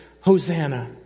Hosanna